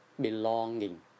belonging